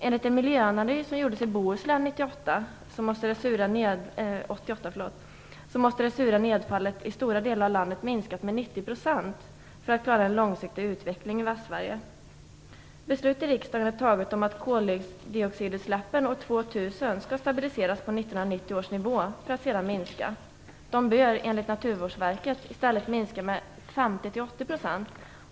Enligt en miljöanalys som gjordes i Bohuslän 1988 måste det sura nedfallet i stora delar av landet minskas med 90 % för att vi skall klara en långsiktig utveckling i Västsverige. Riksdagen har fattat beslut om att koldioxidutsläppen år 2000 skall stabiliseras på 1990 års nivå för att sedan minska. Utsläppen bör enligt Naturvårdsverket i stället minska med 50-80 %.